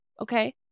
okay